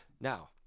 Now